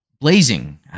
blazing